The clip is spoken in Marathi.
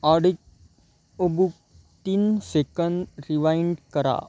ऑडिओबुक तीन सेकंद रिवाइंड करा